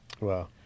Wow